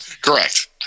Correct